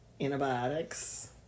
antibiotics